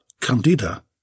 Candida